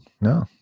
No